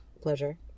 pleasure